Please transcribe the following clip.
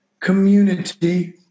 community